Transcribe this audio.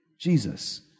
Jesus